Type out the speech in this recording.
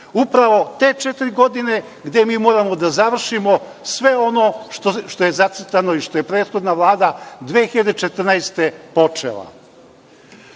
upravo te četiri godine, gde mi moramo da završimo sve ono što je zacrtano i što je prethodna Vlada 2014. godine